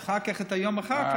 ואת היום אחר כך,